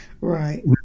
right